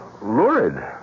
lurid